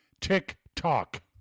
TikTok